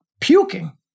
puking